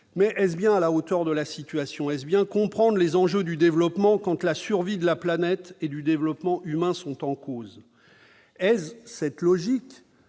action est-elle bien à la hauteur de la situation ? Est-ce bien comprendre les enjeux du développement, quand la survie de la planète et le développement humain sont en cause ? Est-ce cette logique